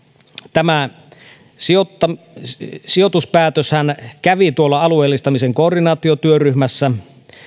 tämä sijoituspäätöshän kävi alueellistamisen koordinaatiotyöryhmässä